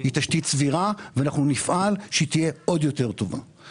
היא תשתית סבירה ואנחנו נפעל שהיא תהיה עוד יותר טובה.